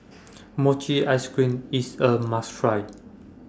Mochi Ice Cream IS A must Try